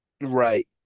Right